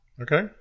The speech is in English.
Okay